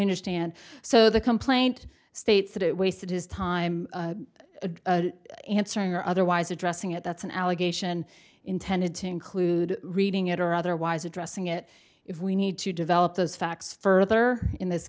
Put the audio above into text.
understand so the complaint states that it wasted his time answering or otherwise addressing it that's an allegation intended to include reading it or otherwise addressing it if we need to develop those facts further in this